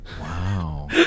Wow